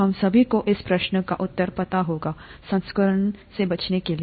हम सभी को इस प्रश्न का उत्तर पता होगा संक्रमण से बचने के लिए